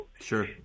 Sure